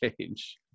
change